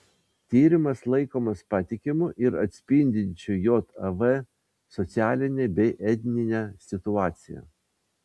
tyrimas laikomas patikimu ir atspindinčiu jav socialinę bei etninę situaciją